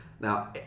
Now